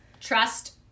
Trust